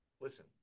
Listen